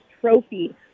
trophy